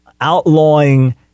outlawing